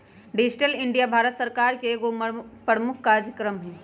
digital India Bharat सरकार का एगो प्रमुख काजक्रम हइ